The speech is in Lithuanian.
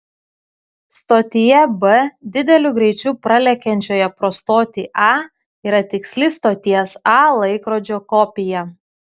stotyje b dideliu greičiu pralekiančioje pro stotį a yra tiksli stoties a laikrodžio kopija